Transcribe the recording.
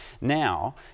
Now